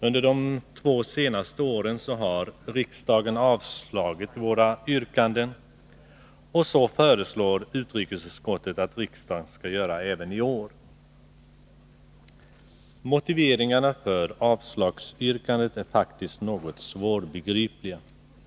Under de två senaste åren har riksdagen avslagit våra yrkanden, och så föreslår utrikesutskottet att riksdagen skall göra även i år. Motiveringarna för ett avslagsyrkande är faktiskt något svårbegripliga.